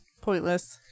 Pointless